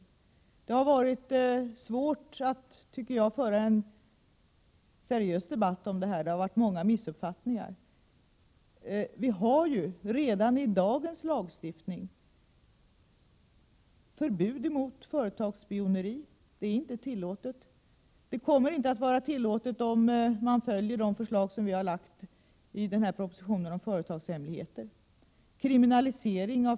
Jag tycker att det har varit svårt att föra en seriös debatt om detta. Det har förekommit många missuppfattningar. Vi har ju redan i dagens lagstiftning förbud mot företagsspioneri. Det kommer inte heller att vara tillåtet om man följer det förslag som vi har lagt fram i propositionen om företagshemligheter.